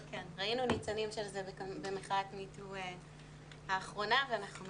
כן ראינו ניצנים של זה במחאת me too האחרונה ואנחנו